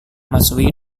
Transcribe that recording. matsui